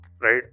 Right